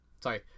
Sorry